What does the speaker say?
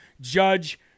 Judge